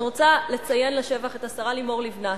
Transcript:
אני רוצה לציין לשבח את השרה לימור לבנת,